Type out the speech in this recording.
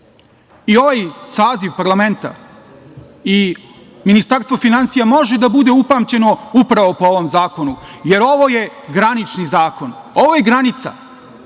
saziv parlamenta i Ministarstvo finansija može da bude upamćeno upravo po ovom zakonu, jer ovo je granični zakon, ovo je granica.